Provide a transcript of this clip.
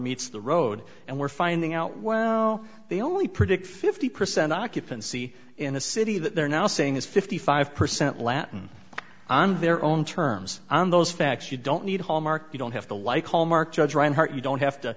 meets the road and we're finding out well the only predict fifty percent occupancy in a city that they're now saying is fifty five percent latin on their own terms on those facts you don't need a hallmark you don't have to like hallmark judge reinhardt you don't have to